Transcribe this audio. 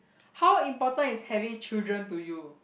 how important is having children to you